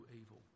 evil